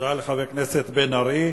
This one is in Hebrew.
תודה לחבר הכנסת בן-ארי.